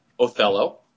Othello